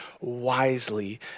wisely